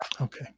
Okay